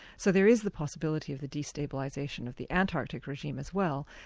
so there is the possibility of the destabilisation of the antarctic regime as well,